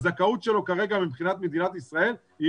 הזכאות שלו כרגע מבחינת מדינת ישראל היא